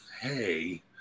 hey